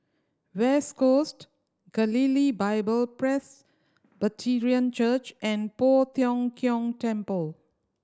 West Coast Galilee Bible Presbyterian Church and Poh Tiong Kiong Temple